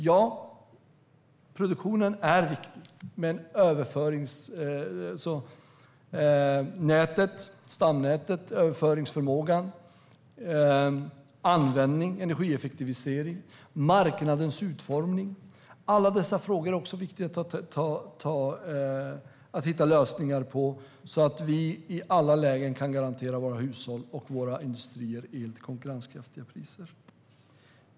Ja, produktionen är viktig, men överföringsnätet, stamnätet, överföringsförmågan, användningen, energieffektiviseringen och marknadens utformning är också frågor som det är viktigt att hitta lösningar på så att vi i alla lägen kan garantera våra hushåll och industrier el till konkurrenskraftiga priser.